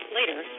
later